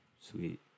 Sweet